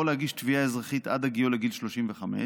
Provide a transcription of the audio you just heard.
להגיש תביעה אזרחית עד הגיעו לגיל 35,